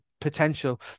potential